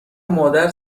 مادر